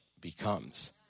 becomes